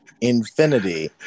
infinity